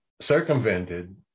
circumvented